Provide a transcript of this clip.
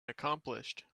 accomplished